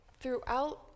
throughout